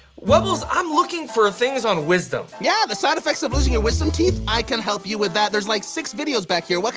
webbles, i'm looking for things on wisdom. yeah, the side effects of losing your wisdom teeth? i can help you with that. there's, like, six videos back here.